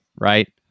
right